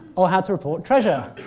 or how to report treasure.